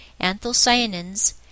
anthocyanins